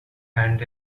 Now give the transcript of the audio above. and